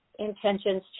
intentions